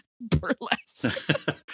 Burlesque